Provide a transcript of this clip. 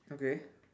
okay